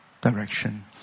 direction